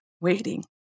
waiting